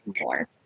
more